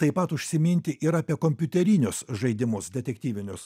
taip pat užsiminti ir apie kompiuterinius žaidimus detektyvinius